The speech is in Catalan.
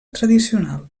tradicional